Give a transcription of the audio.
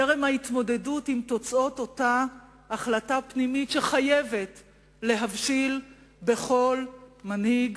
טרם ההתמודדות עם תוצאות ההחלטה הפנימית שחייבת להבשיל בכל מנהיג